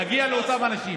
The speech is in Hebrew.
ונגיע לאותם אנשים.